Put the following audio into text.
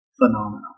phenomenal